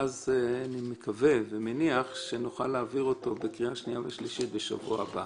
ואז אני מקווה ומניח שנוכל להעביר אותו בקריאה שנייה ושלישית בשבוע הבא.